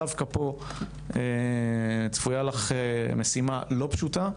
דווקא פה צפויה לך משימה לא פשוטה,